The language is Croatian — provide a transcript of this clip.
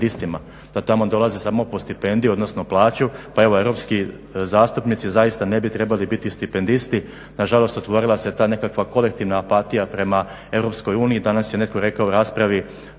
da tamo dolaze samo po stipendije, odnosno plaću, pa evo europski zastupnici zaista ne bi trebali biti stipendisti. Nažalost otvorila se ta nekakva kolektivna apatija prema EU, danas je netko rekao u raspravi